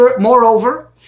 moreover